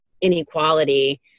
inequality